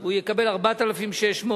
הוא יקבל 4,600 ש"ח.